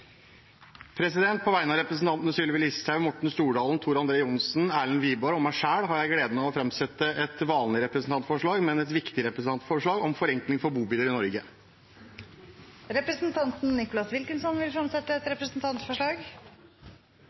representantforslag. På vegne av representantene Sylvi Listhaug, Morten Stordalen, Tor André Johansen, Erlend Wiborg og meg selv har jeg gleden av å framsette et vanlig, representantforslag, men et viktig representantforslag, om forenkling for bobiler i Norge. Representanten Nicholas Wilkinson vil fremsette et representantforslag.